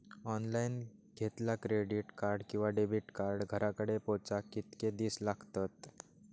Online घेतला credit card किंवा debit card घराकडे पोचाक कितके दिस लागतत?